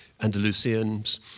Andalusians